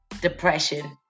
depression